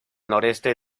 noreste